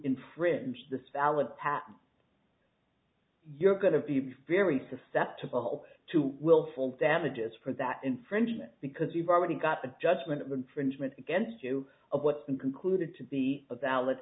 infringe the salad patent you're going to be very susceptible to willful damages for that infringement because you've already got the judgment of infringement against you of what's been concluded to be a valid